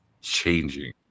changing